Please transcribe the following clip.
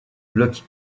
bloc